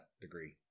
degree